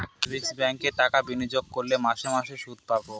savings ব্যাঙ্কে টাকা বিনিয়োগ করলে মাসে মাসে শুদ পাবে